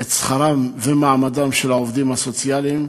את שכרם ומעמדם של העובדים הסוציאליים.